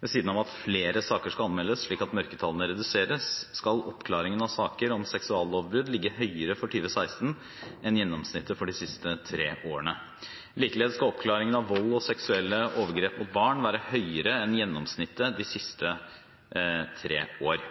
Ved siden av at flere saker skal anmeldes, slik at mørketallene reduseres, skal oppklaringen av saker om seksuallovbrudd ligge høyere for 2016 enn gjennomsnittet for de siste tre årene. Likeledes skal oppklaringen av vold og seksuelle overgrep mot barn være høyere enn gjennomsnittet de siste tre år.